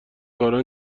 کارا